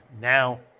now